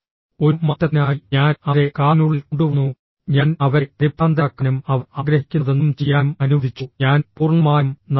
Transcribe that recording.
ഒരു മാറ്റത്തിനായി ഞാൻ അവരെ കാറിനുള്ളിൽ കൊണ്ടുവന്നു ഞാൻ അവരെ പരിഭ്രാന്തരാക്കാനും അവർ ആഗ്രഹിക്കുന്നതെന്തും ചെയ്യാനും അനുവദിച്ചു ഞാൻ പൂർണ്ണമായും നഷ്ടപ്പെട്ടു